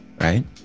right